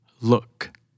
Look